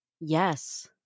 Yes